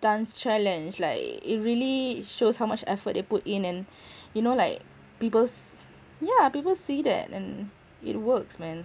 dance challenge like it really shows how much effort they put in and you know like peoples yeah people see that and it works man